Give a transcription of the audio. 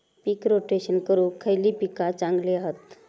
पीक rotation करूक खयली पीका चांगली हत?